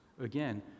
again